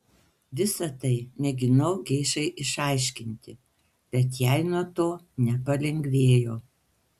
visa tai mėginau geišai išaiškinti bet jai nuo to nepalengvėjo